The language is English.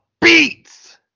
beats